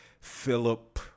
Philip